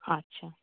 আচ্ছা